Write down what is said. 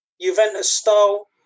Juventus-style